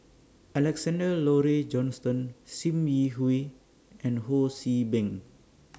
Alexander Laurie Johnston SIM Yi Hui and Ho See Beng